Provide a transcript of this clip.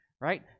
right